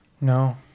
No